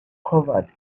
covered